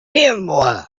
pirmo